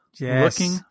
looking